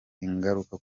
ingaruka